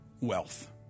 wealth